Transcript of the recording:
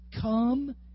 Come